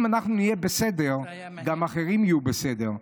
אם אנחנו נהיה בסדר, גם אחרים יהיו בסדר.